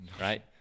right